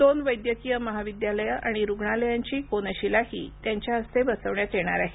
दोन वैद्यकीय महाविद्यालयं आणि रुग्णालयांची कोनशिलाही त्यांच्या हस्ते बसवण्यात येणार आहे